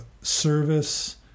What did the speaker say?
service